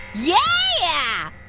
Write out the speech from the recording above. yeah!